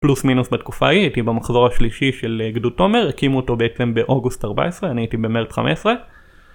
פלוס מינוס בתקופה ההיא הייתי במחזור השלישי של גדוד תומר הקימו אותו בעצם באוגוסט 14 אני הייתי במרץ 15